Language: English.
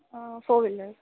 for will